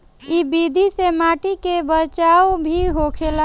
इ विधि से माटी के बचाव भी होखेला